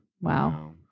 Wow